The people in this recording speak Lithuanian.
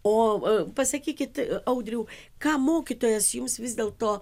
o pasakykit audriau ką mokytojas jums vis dėlto